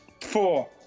Four